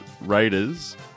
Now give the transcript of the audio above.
Raiders